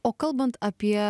o kalbant apie